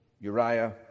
Uriah